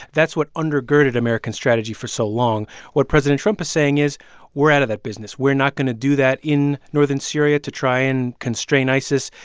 that's what undergirded american strategy for so long what president trump is saying is we're out of that business. we're not going to do that in northern syria to try and constrain isis.